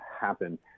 happen